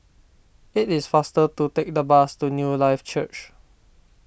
it is faster to take the bus to Newlife Church